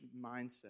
mindset